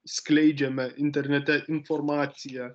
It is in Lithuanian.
skleidžiame internete informaciją